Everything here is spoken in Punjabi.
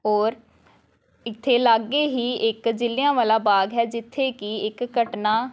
ਔਰ ਇੱਥੇ ਲਾਗੇ ਹੀ ਇੱਕ ਜਲਿਆਂਵਾਲਾ ਬਾਗ ਹੈ ਜਿੱਥੇ ਕਿ ਇੱਕ ਘਟਨਾ